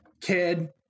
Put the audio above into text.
kid